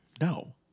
No